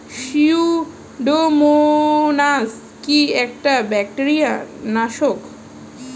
Pseudomonas কি একটা bacteria নাশক?